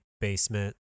basement